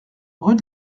rue